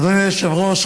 אדוני היושב-ראש,